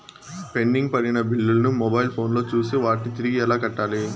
pending పడిన బిల్లులు ను మొబైల్ ఫోను లో చూసి వాటిని తిరిగి ఎలా కట్టాలి